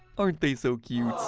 aren't they so cute.